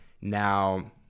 Now